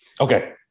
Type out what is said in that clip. Okay